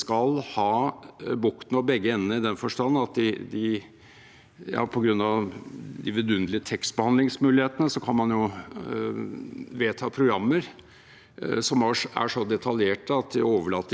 vedta programmer som er så detaljerte at de overlater lite til representantenes skjønn når de blir innvalgt, men også at selve det politiske arbeidet